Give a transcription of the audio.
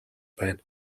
байна